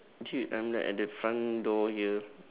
actually I'm like at the front door here